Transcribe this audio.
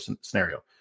scenario